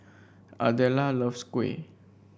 Adela loves kuih